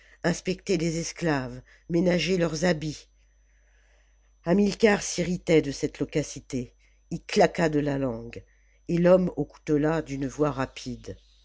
inspecté les esclaves ménagé leurs habits hamilcar s'irritait de cette loquacité il claqua de la langue et l'homme aux coutelas d'une voix rapide